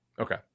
Okay